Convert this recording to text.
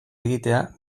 egitea